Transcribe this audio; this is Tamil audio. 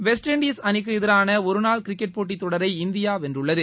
வெஸ்ட் இண்டீஸ் அணிக்கு எதிரான ஒருநாள் கிரிக்கெட் போட்டித் தொடரை இந்தியா வென்றுள்ளது